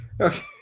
Okay